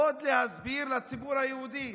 עוד להסביר לציבור היהודי